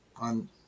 on